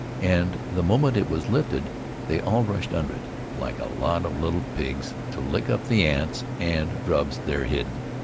and the moment it was lifted they all rushed under it like a lot of little pigs to lick up the ants and grubs there hidden.